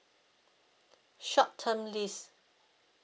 short term lease